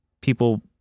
people